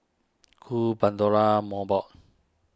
Cool Pandora Mobot